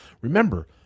remember